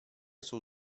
jsou